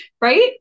Right